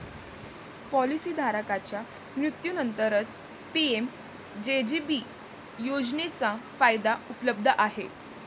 policy धारकाच्या मृत्यूनंतरच PMJJB योजनेचा फायदा उपलब्ध आहे